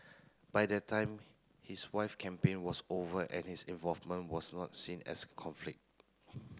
by that time his wife campaign was over and his involvement was not seen as a conflict